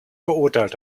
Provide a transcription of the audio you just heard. verurteilt